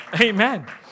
Amen